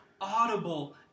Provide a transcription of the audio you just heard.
audible